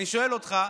אני שואל אותך.